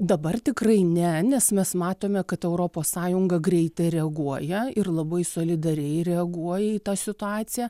dabar tikrai ne nes mes matome kad europos sąjunga greitai reaguoja ir labai solidariai reaguoja į tą situaciją